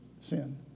sin